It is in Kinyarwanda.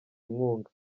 inkunga